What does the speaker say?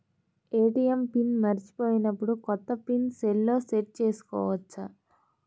ATM PIN మరచిపోయినప్పుడు, కొత్త PIN సెల్లో సెట్ చేసుకోవచ్చా?